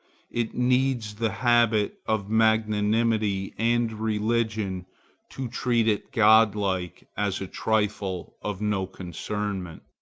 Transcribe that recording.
it needs the habit of magnanimity and religion to treat it godlike as a trifle of no concernment.